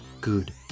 good